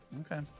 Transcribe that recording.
Okay